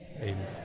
amen